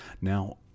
Now